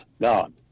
God